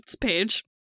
page